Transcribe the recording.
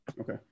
okay